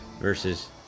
Versus